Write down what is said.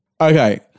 Okay